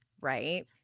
right